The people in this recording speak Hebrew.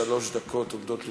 שלוש דקות עומדות לרשותך.